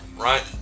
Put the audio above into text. right